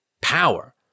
power